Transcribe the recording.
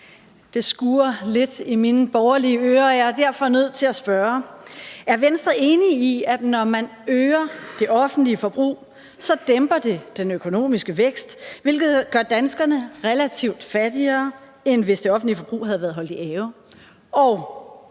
Det skurrer lidt i mine borgerlige ører, og jeg er derfor nødt til at spørge: Er Venstre enig i, at det, når man øger det offentlige forbrug, dæmper den økonomiske vækst, hvilket gør danskerne relativt fattigere, end hvis det offentlige forbrug havde været holdt i ave,